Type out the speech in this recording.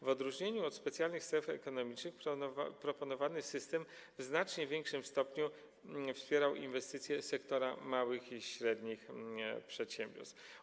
W odróżnieniu od specjalnych stref ekonomicznych proponowany system w znacznie większym stopniu wspiera inwestycje sektora małych i średnich przedsiębiorstw.